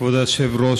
כבוד היושב-ראש,